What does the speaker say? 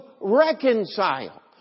reconcile